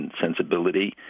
sensibility